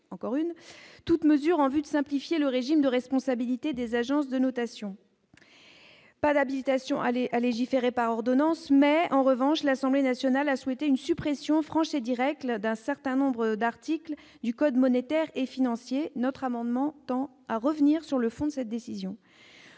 encore une toute mesure en vue de simplifier le régime de responsabilité des agences de notation, pas d'habilitation aller à légiférer par ordonnance, mais en revanche, l'Assemblée nationale a souhaité une suppression franche et directe le d'un certain nombre d'articles du Code monétaire et financier, notre amendement tend à revenir sur le fond de cette décision,